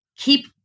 keep